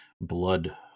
blood